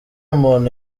umuntu